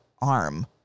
arm